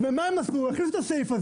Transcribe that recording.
אבל אני לא רוצה בהוראת השעה.